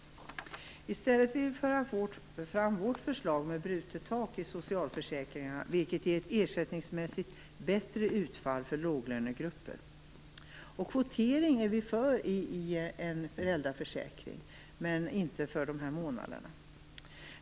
I stället vill vi föra fram vårt förslag om "brutet tak" i socialförsäkringarna, vilket ger ett ersättningsmässigt bättre utfall för låglönegrupper. Vi är för en kvotering i föräldraförsäkringen, men inte när det gäller mamma och pappamånaderna.